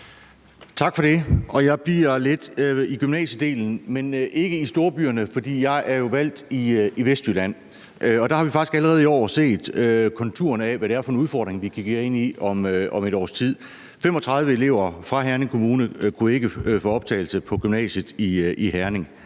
Tak for det. Jeg bliver lidt ved gymnasiedelen, men ikke i storbyerne, for jeg er jo valgt i Vestjylland, og der har vi faktisk allerede i år set konturerne af, hvad det er for en udfordring, vi kigger ind i om et års tid. 35 elever fra Herning Kommune kunne ikke få optagelse på gymnasiet i Herning,